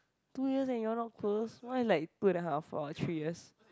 two years and you all not close why like two and a half or three years